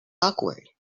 awkward